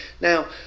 Now